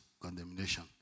condemnation